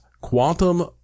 quantum